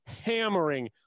hammering